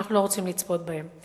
שאנחנו לא רוצים לצפות בהם.